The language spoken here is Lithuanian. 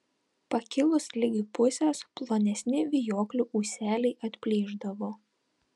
pakilus ligi pusės plonesni vijoklių ūseliai atplyšdavo